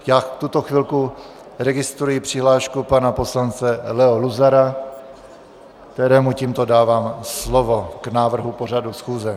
Já v tuto chvilku registruji přihlášku pana poslance Leo Luzara, kterému tímto dávám slovo k návrhu pořadu schůze.